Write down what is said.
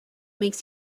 makes